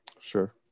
Sure